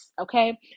okay